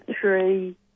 three